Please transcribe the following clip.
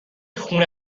خونه